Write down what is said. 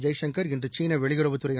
ஜெய்சங்கர் இன்று சீன வெளியுறவுத் துறை